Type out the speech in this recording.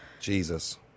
Jesus